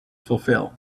fulfill